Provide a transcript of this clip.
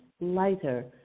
lighter